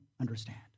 understand